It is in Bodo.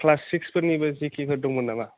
क्लास सिक्सफोरनिबो जिकेफोर दंमोन नामा